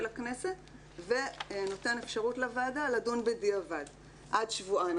הכנסת ונותן אפשרות לוועדה לדון בדיעבד עד שבועיים.